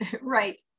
Right